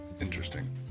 Interesting